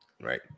Right